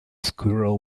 squirrel